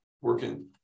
working